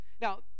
Now